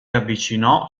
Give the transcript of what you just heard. avvicinò